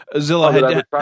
Zilla